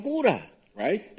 Right